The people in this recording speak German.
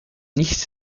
nicht